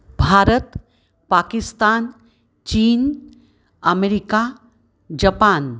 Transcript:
भारतं पाकिस्तान् चीन् America Japan